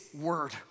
word